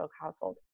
household